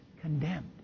condemned